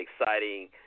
exciting